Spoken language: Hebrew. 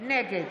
נגד